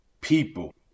people